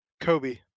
Kobe